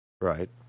right